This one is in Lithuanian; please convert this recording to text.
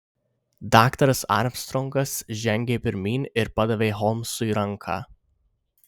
daktaras armstrongas žengė pirmyn ir padavė holmsui ranką